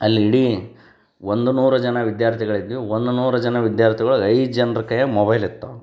ಅಲ್ಲಿ ಇಡೀ ಒಂದು ನೂರ ಜನ ವಿದ್ಯಾರ್ಥಿಗಳಿದ್ವಿ ಒಂದು ನೂರು ಜನ ವಿದ್ಯಾರ್ಥಿ ಒಳಗೆ ಐದು ಜನ್ರ ಕೈಯಾಗ ಮೊಬೈಲ್ ಇತ್ತು